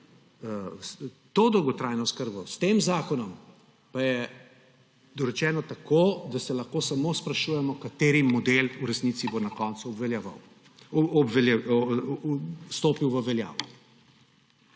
to dolgotrajno oskrbo s tem zakonom, pa je dorečeno tako, da se lahko samo sprašujemo, kateri model v resnici bo na koncu stopil v veljavo.